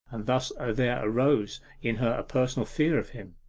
and thus there arose in her a personal fear of him.